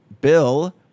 Bill